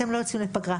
אתם לא יוצאים לפגרה,